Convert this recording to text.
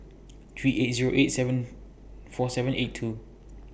three eight Zero eight seven four seven eight two